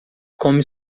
come